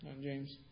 James